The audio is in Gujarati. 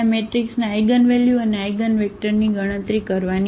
આપણે અહીં આ મેટ્રિક્સના આઇગનવેલ્યુ અને આઇગનવેક્ટરની ગણતરી કરવાની છે